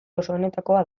osoenetakoa